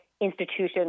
institutions